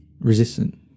resistant